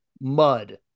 mud